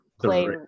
play